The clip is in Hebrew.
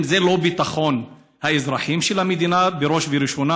האם זה לא ביטחון האזרחים של המדינה בראש ובראשונה?